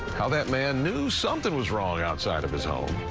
how that man knew something was wrong outside of his home.